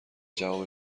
جواب